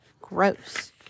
Gross